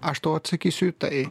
aš tau atsakysiu į tai